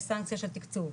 יש סנקציה של תקצוב,